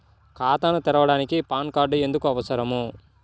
ఖాతాను తెరవడానికి PAN card ఎందుకు అవసరము?